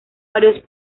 varios